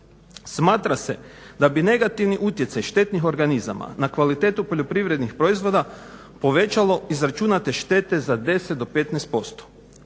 Smatra se da bi negativni utjecaj štetnih organizama na kvalitetu poljoprivrednih proizvoda povećalo izračunate štete za 10 do 15%.